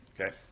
Okay